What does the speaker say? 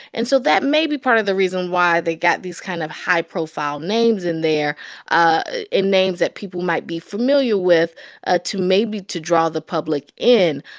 and so that may be part of the reason why they got these kind of high-profile names in there ah and names that people might be familiar with ah to maybe to draw the public in.